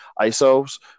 isos